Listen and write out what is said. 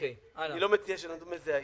אני לא מציע שנדון בזה היום.